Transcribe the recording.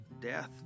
death